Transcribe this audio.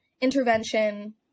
intervention